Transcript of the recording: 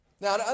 Now